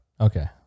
Okay